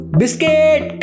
biscuit